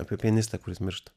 apie pianistą kuris miršta